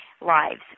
lives